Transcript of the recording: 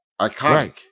Iconic